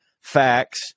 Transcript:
facts